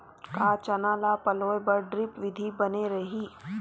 का चना ल पलोय बर ड्रिप विधी बने रही?